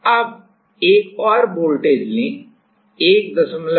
अब एक और वोल्टेज लें